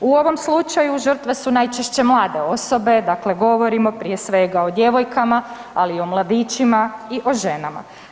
U ovom slučaju žrtve su najčešće mlade osobe, dakle govorimo prije svega o djevojkama, ali i o mladićima o ženama.